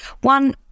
one